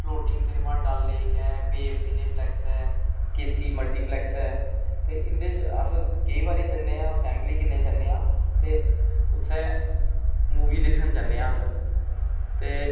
floating cinema Dal lake ऐ babe cineplex ऐ K C multiplex ऐ ते इं'दे च अस केईं बारी जन्ने आं फैमली कन्नै जन्ने आं ते उत्थै मूवी दिक्खन जन्ने आं अस ते